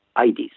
ids